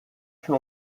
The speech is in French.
fut